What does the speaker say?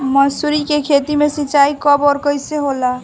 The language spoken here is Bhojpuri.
मसुरी के खेती में सिंचाई कब और कैसे होला?